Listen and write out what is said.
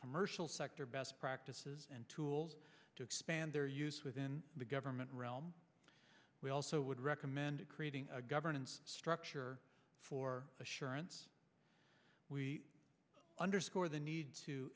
commercial sector best practices and tools to expand their use within the government realm we also would recommend creating a governance structure for assurance we underscore the need to